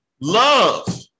love